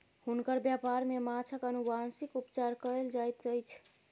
हुनकर व्यापार में माँछक अनुवांशिक उपचार कयल जाइत अछि